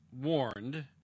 warned